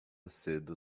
cedo